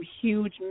huge